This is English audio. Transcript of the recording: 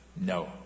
no